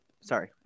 Sorry